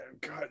God